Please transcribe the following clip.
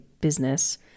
business